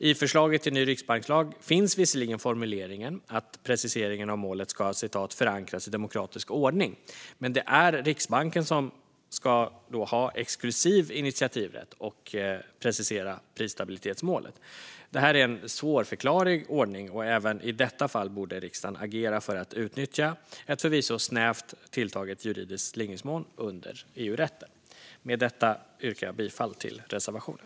I förslaget till ny riksbankslag finns visserligen formuleringen att preciseringen av målet ska "förankras i demokratisk ordning". Men det är Riksbanken som ska ha exklusiv initiativrätt att precisera prisstabilitetsmålet. Detta är en svårförklarlig ordning, och även i detta fall borde riksdagen agera för att utnyttja en förvisso snävt tilltagen juridisk slingringsmån under EU-rätten. Med detta yrkar jag bifall till reservationen.